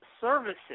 services